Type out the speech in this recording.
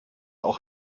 auch